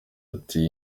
ati